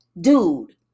dude